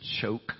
choke